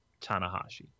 Tanahashi